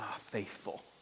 faithful